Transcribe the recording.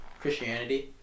Christianity